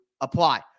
apply